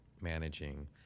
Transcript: managing